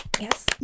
Yes